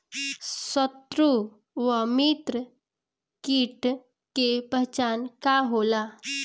सत्रु व मित्र कीट के पहचान का होला?